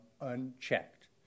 unchecked